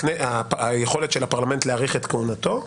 היכולת של הפרלמנט להאריך את כהונתו,